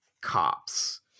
cops